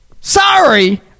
Sorry